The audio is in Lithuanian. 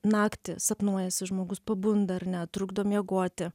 naktį sapnuojasi žmogus pabunda ar ne trukdo miegoti